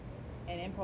and then probably cause